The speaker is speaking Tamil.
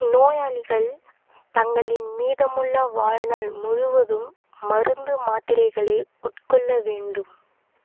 நோயாளிகள் தங்களின் மீதமுள்ள வாழ்நாள் முழுவதும் மருந்து மாத்திரைகளை உட்கொள்ள வேண்டும்